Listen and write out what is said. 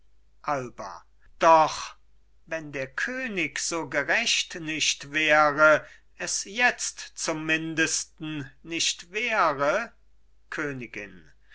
alba doch wenn der könig so gerecht nicht wäre es jetzt zum mindesten nicht wäre königin